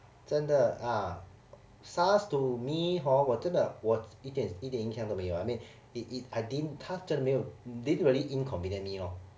真的 ah SARS to me hor 我真的我一点一点印象都没有 I mean it it I didn't 他真的没有 didn't really inconvenient me lor